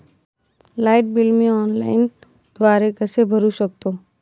Light bill मी ऑनलाईनद्वारे कसे भरु शकतो?